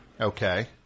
Okay